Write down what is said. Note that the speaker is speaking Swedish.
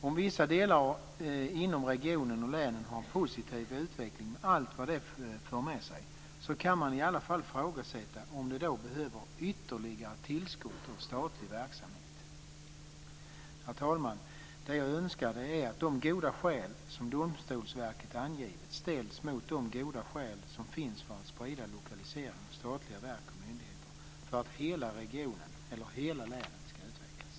Om vissa delar inom regionen och länet har en positiv utveckling med allt vad det för med sig så kan man i alla fall ifrågasätta om det behövs ytterligare tillskott i form av statlig verksamhet. Herr talman! Det jag önskar är att de goda skäl som Domstolsverket angivit ställs mot de goda skäl som finns för att sprida lokalisering av statlig verk och myndigheter för att hela regionen, eller hela länet ska utvecklas.